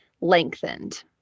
lengthened